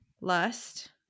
lust